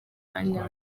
mwanya